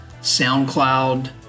SoundCloud